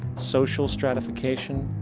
social stratification,